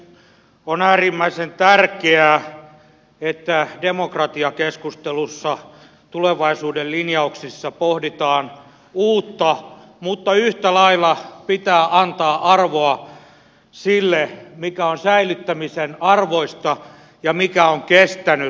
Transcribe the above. on äärimmäisen tärkeää että demokratiakeskustelussa tulevaisuuden linjauksissa pohditaan uutta mutta yhtä lailla pitää antaa arvoa sille mikä on säilyttämisen arvoista ja mikä on kestänyt